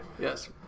Yes